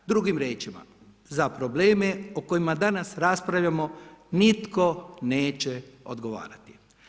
Drugim riječima, za probleme o kojima danas raspravljamo nitko neće odgovarati.